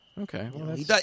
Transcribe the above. Okay